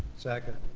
second.